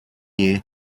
year